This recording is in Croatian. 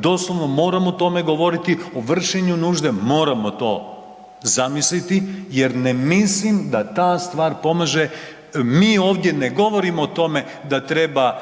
doslovno moram o tome govoriti, o vršenju nužde, moramo to zamisliti jer ne mislim da ta stvar pomaže. Mi ovdje ne govorimo o tome da treba